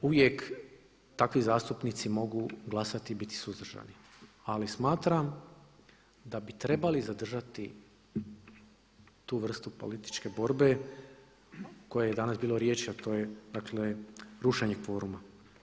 Naravno, uvijek takvi zastupnici mogu glasati i biti suzdržani ali smatram da bi trebali zadržati tu vrstu političke borbe o kojoj je danas bilo riječi a to je dakle rušenje kvoruma.